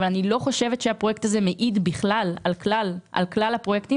אבל אני לא חושבת שהפרויקט הזה מעיד על כלל הפרויקטים.